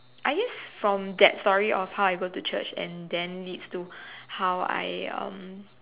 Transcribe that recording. I guess from that story of how I go to Church and then leads to how I um